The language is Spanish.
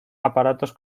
aparatos